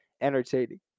entertaining